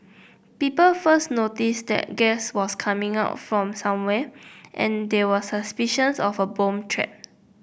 people first noticed that gas was coming out from somewhere and there were suspicions of a bomb threat